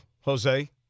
Jose